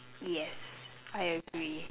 yes I agree